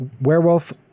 werewolf